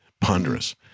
ponderous